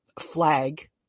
flag